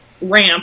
ramp